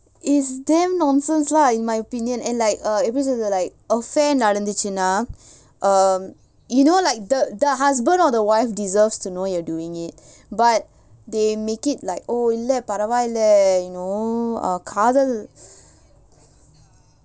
it's damn nonsense lah in my opinion and like uh எபிடி சொல்றது:epidi solrathu like a fair நடந்துச்சுனா:nadanthuchunaa um you know like the the husband or the wife deserves to know you're doing it but they make it like oh இல்ல பரவால்ல:illa paravaalla you know uh காதல்:kaathal